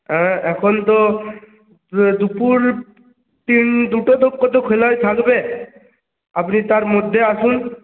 হ্যাঁ এখন তো দুপুর তিন দুটো তো পর্যন্ত খোলাই থাকবে আপনি তার মধ্যে আসুন